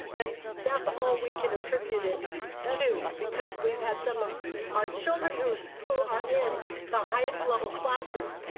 and that's all we can attribute it to, because we've had some of our children who who are in the highest level classes,